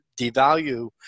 devalue